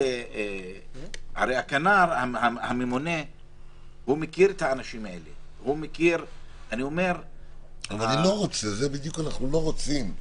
הרי הממונה מכיר את האנשים האלה --- את זה בדיוק אנחנו לא רוצים.